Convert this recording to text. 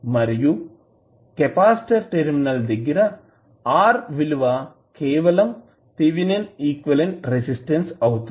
మరియు capacitor terminal దగ్గర R విలువ కేవలం థేవినిన్ ఈక్వివలెంట్ రెసిస్టెన్స్ అవుతుంది